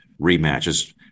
rematches